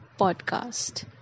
podcast